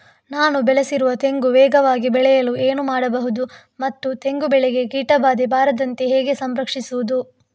ನಾನು ಬೆಳೆಸಿರುವ ತೆಂಗು ವೇಗವಾಗಿ ಬೆಳೆಯಲು ಏನು ಮಾಡಬಹುದು ಮತ್ತು ತೆಂಗು ಬೆಳೆಗೆ ಕೀಟಬಾಧೆ ಬಾರದಂತೆ ಹೇಗೆ ಸಂರಕ್ಷಿಸುವುದು?